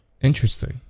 Interesting